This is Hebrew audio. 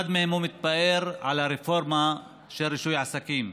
אחד מהם, הוא מתפאר על הרפורמה של רישוי עסקים,